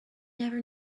never